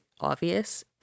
obvious